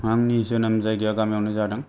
आंंनि जोनोम जायगाया गामियावनो जादों